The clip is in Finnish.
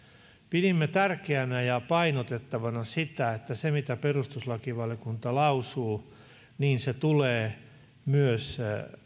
pidimme tärkeänä ja painotettavana sitä että se mitä perustuslakivaliokunta lausuu tulee myös